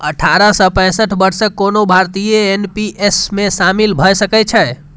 अठारह सं पैंसठ वर्षक कोनो भारतीय एन.पी.एस मे शामिल भए सकै छै